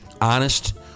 honest